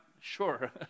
sure